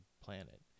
planet